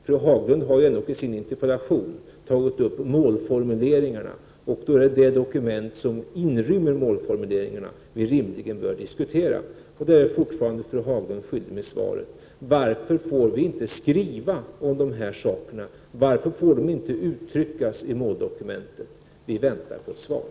Fru Haglund har ändock i sin interpellation tagit upp målformuleringarna, och då är det de dokument som inrymmer målformuleringarna som vi rimligen bör diskutera. Där är fortfarande fru Haglund skyldig mig svar. Varför får vi inte skriva om dessa saker? Varför får det inte uttryckas i måldokumentet? Jag väntar på svar.